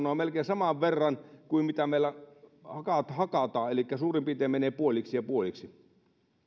vuonna on melkein saman verran kuin mitä meillä hakataan hakataan elikkä suurin piirtein menee puoliksi ja puoliksi